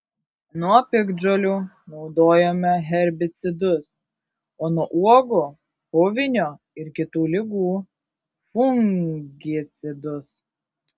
nuo piktžolių naudojome herbicidus o nuo uogų puvinio ir kitų ligų fungicidus